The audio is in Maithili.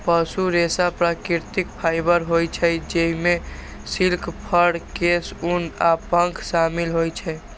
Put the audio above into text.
पशु रेशा प्राकृतिक फाइबर होइ छै, जइमे सिल्क, फर, केश, ऊन आ पंख शामिल होइ छै